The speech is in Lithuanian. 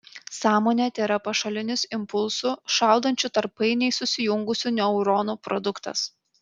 sąmonė tėra pašalinis impulsų šaudančių tarp painiai susijungusių neuronų produktas